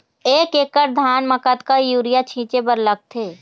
एक एकड़ धान म कतका यूरिया छींचे बर लगथे?